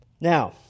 Now